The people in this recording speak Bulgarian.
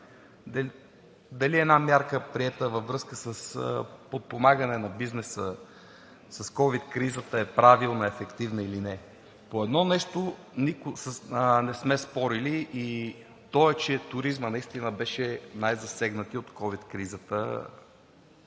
дали една мярка, приета във връзка с подпомагане на бизнеса в ковид кризата, е правилна, ефективна или не. По едно нещо никога не сме спорили, и то е, че туризмът наистина беше най-засегнатият сектор от ковид кризата.